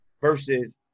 versus